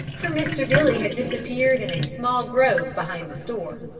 for mr. billy had disappeared in a small grove behind the store.